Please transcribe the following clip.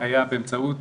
היה באמצעות